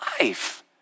life